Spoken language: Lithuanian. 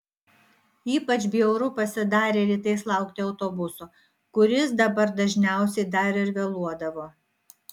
ypač bjauru pasidarė rytais laukti autobuso kuris dabar dažniausiai dar ir vėluodavo